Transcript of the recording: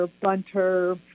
bunter